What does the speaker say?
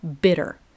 bitter